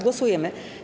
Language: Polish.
Głosujemy.